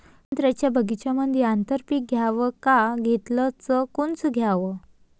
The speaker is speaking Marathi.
संत्र्याच्या बगीच्यामंदी आंतर पीक घ्याव का घेतलं च कोनचं घ्याव?